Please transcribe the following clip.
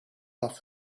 off